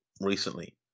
recently